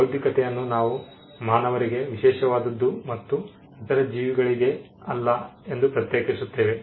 ಬೌದ್ಧಿಕತೆಯನ್ನು ನಾವು ಮಾನವರಿಗೆ ವಿಶೇಷವಾದದ್ದು ಮತ್ತು ಇತರ ಜೀವಿಗಳಿಗೆ ಅಲ್ಲ ಎಂದು ಪ್ರತ್ಯೇಕಿಸುತ್ತೇವೆ